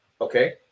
okay